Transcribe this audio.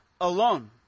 alone